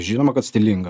žinoma kad stilinga